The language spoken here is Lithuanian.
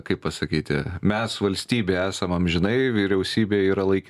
kaip pasakyti mes valstybė esam amžinai vyriausybė yra laikina